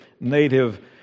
native